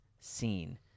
scene